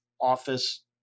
office